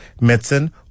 medicine